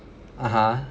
(uh huh)